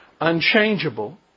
unchangeable